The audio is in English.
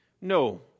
No